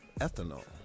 ethanol